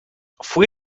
fuí